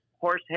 Horsehead